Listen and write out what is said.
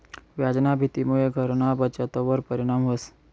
व्याजना भीतीमुये घरना बचतवर परिणाम व्हस